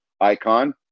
icon